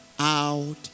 out